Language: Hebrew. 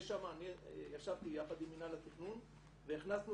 אני ישבתי יחד עם מינהל התכנון והכנסנו